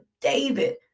David